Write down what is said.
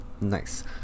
Nice